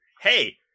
Hey